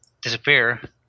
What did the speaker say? disappear